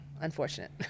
unfortunate